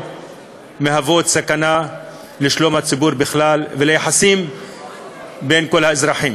סכנה לשלום הציבור בכלל וליחסים בין כל האזרחים,